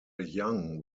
young